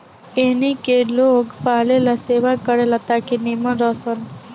एहनी के लोग पालेला सेवा करे ला ताकि नीमन रह सन